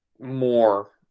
more